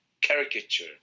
caricature